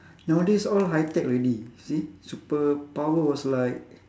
nowadays all high tech already see superpower was like